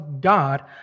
God